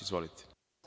Izvolite.